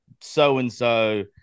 so-and-so